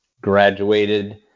graduated